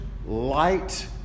light